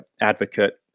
advocate